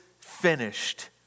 finished